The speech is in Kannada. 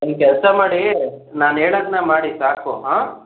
ಒಂದು ಕೆಲಸ ಮಾಡಿ ನಾನು ಹೇಳೋದ್ನ ಮಾಡಿ ಸಾಕು ಆಂ